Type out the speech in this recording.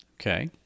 okay